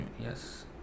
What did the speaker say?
yes